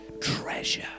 treasure